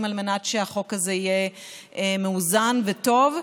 על מנת שהחוק הזה יהיה מאוזן וטוב,